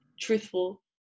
truthful